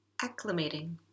Acclimating